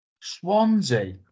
Swansea